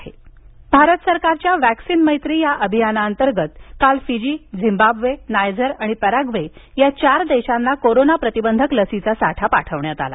vaccine मैत्री भारत सरकारच्या vaccine मैत्री या अभियानाअंतर्गत काल फिजी झिम्बाब्वे नायजर आणि पॅराग्वे या चार देशांना कोरोना प्रतिबंधक लसीचा साठा प्राप्त झाला